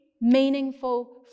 meaningful